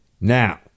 Now